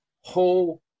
whole